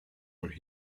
for